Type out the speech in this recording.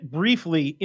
briefly